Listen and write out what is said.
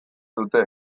dute